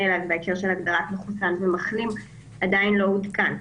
אליו בהקשר של הגדרת מחוסן ומחלים עדיין לא עודכן.